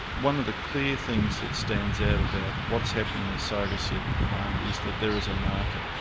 one of the clear things that stands out about what's happening with surrogacy at the moment is that there is a market,